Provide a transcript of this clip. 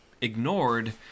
ignored